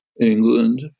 England